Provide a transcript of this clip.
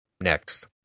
Next